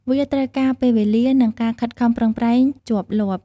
វាត្រូវការពេលវេលា និងការខិតខំប្រឹងប្រែងជាប់លាប់។